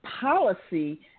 policy